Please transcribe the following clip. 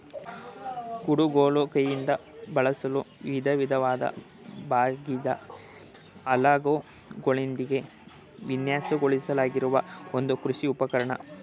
ಕುಡುಗೋಲು ಕೈಯಿಂದ ಬಳಸಲು ವಿಧವಿಧವಾದ ಬಾಗಿದ ಅಲಗುಗಳೊಂದಿಗೆ ವಿನ್ಯಾಸಗೊಳಿಸಲಾಗಿರುವ ಒಂದು ಕೃಷಿ ಉಪಕರಣ